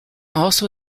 also